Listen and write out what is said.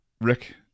Rick